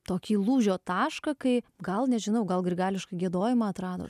tokį lūžio tašką kai gal nežinau gal grigališką giedojimą atrado